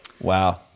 Wow